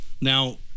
Now